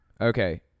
Okay